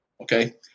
Okay